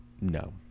No